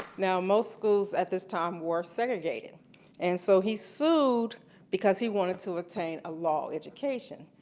now, most schools at this time were segregated and so he sued because he wanted to obtain a law education.